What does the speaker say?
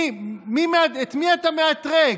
את מי אתה מאתרג?